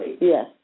yes